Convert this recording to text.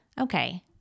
Okay